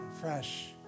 fresh